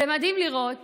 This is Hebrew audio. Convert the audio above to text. זה מדהים לראות